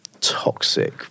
toxic